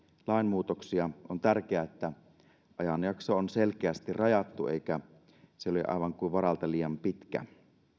lainmuutoksia on tärkeää että ajanjakso on selkeästi rajattu eikä se ole aivan kuin varalta liian pitkä